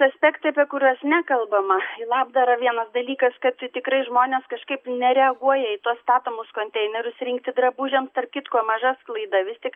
aspektai apie kuriuos nekalbama į labdarą vienas dalykas kad tikrai žmonės kažkaip nereaguoja į tuos statomus konteinerius rinkti drabužiams tarp kitko maža sklaida vis tik